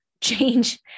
change